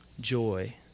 joy